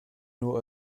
nur